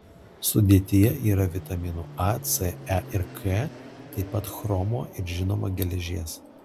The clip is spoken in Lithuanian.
sudėtyje yra vitaminų a c e ir k taip pat chromo ir žinoma geležies